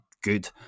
good